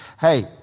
Hey